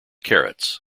carrots